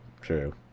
True